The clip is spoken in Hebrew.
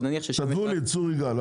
כתבו לי צור יגאל.